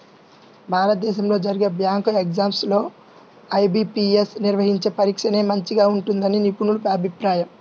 భారతదేశంలో జరిగే bank exams లో ఐ.బీ.పీ.యస్ నిర్వహించే పరీక్షనే మంచిగా ఉంటుందని నిపుణుల అభిప్రాయం